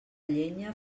llenya